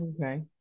Okay